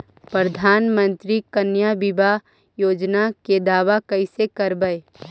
प्रधानमंत्री कन्या बिबाह योजना के दाबा कैसे करबै?